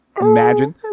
imagine